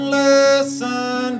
listen